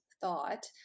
thought